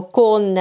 con